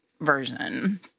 version